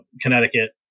Connecticut